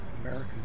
American